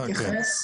להתעמק.